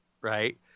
Right